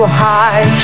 high